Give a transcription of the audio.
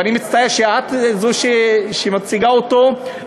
ואני מצטער שאת זאת שמציגה אותו,